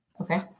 Okay